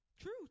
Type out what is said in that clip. true